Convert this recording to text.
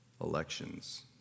elections